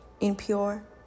impure